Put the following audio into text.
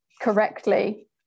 correctly